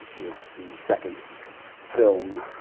it's the second film,